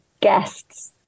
guests